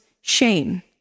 shame